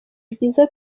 byiza